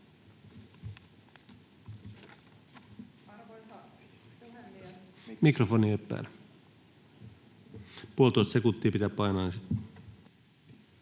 Mikrofoni ei ole päällä — puolitoista sekuntia pitää painaa